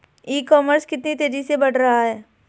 ई commerce कितनी तेजी से बढ़ रहा है?